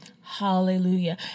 hallelujah